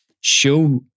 show